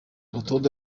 rutonde